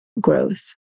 growth